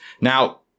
Now